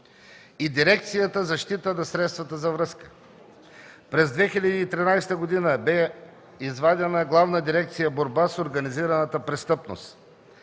и дирекция „Защита на средствата за връзка”. През 2013 г. бе извадена Главна дирекция „Борба с организираната престъпност”